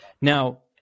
Now